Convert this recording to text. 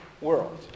world